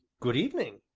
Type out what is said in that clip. good evening!